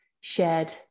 shared